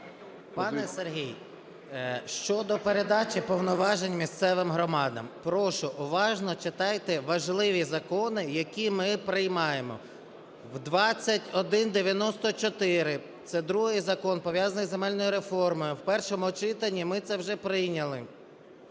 Пане Сергію, щодо передачі повноважень місцевим громадам. Прошу, уважно читайте важливі закони, які ми приймаємо. В 2194 – це другий Закон, пов'язаний із земельною реформою – в першому читанні ми це вже прийняли.